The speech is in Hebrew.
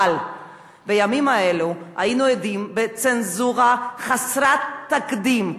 אבל בימים אלה היינו עדים לצנזורה חסרת תקדים,